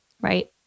right